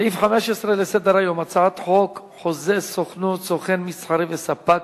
סעיף 15 לסדר-היום: הצעת חוק חוזה סוכנות (סוכן מסחרי וספק),